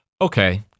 okay